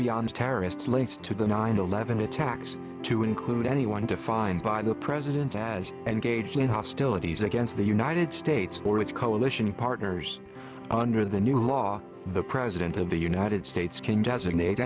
beyond terrorists links to the nine eleven attacks to include anyone defined by the president as engaged in hostilities against the united states or its coalition partners under the new law the president of the united states can designate